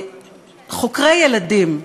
חוקרי ילדים.